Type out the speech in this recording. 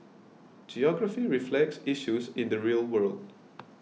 geography reflects issues in the real world